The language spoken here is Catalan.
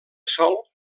sol